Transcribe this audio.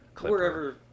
wherever